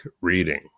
reading